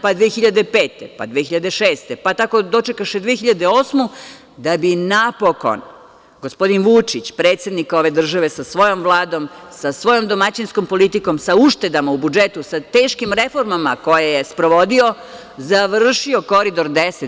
Pa, 2005. godine, pa 2006. godine, pa tako dočekaše 2008. da bi napokon gospodin Vučić, predsednik države sa svojom Vladom, sa svojom domaćinskom politikom, sa uštedama u budžetu, sa teškim reformama koje je sprovodio završio Koridor 10.